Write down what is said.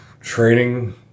Training